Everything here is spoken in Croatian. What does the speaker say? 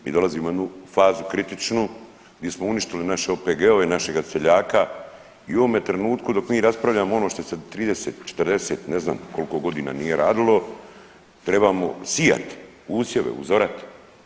Mi dolazimo u jednu fazu kritičnu gdje smo uništili naše OPG-ove, našega seljaka i u ovome trenutku dok mi raspravljamo ono što se 30, 40 ne znam koliko godina nije radilo trebamo sijati usjeve uzorati.